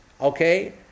Okay